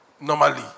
normally